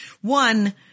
One